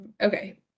okay